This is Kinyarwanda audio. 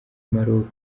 maroke